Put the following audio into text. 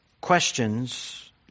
questions